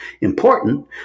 important